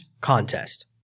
contest